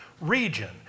region